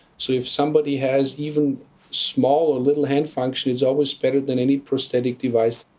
so if somebody has even small or little hand function, it's always better than any prosthetic device.